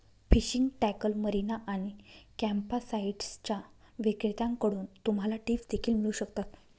fishing tackle, marina आणि कॅम्पसाइट्सच्या विक्रेत्यांकडून तुम्हाला टिप्स देखील मिळू शकतात